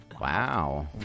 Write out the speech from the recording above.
Wow